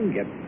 get